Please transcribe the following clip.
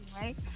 right